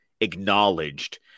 acknowledged